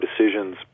decisions